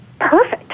Perfect